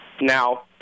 Now